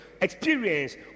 experience